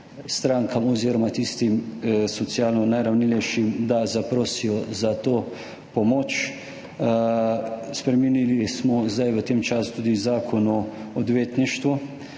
strankam oziroma tistim socialno najranljivejšim, da zaprosijo za to pomoč. Spremenili smo v tem času tudi Zakon o odvetništvu,